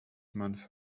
months